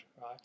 right